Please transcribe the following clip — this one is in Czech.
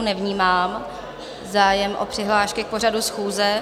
Nevnímám zájem o přihlášky k pořadu schůze.